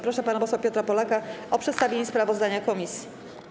Proszę pana posła Piotra Polaka o przedstawienie sprawozdania komisji.